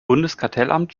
bundeskartellamt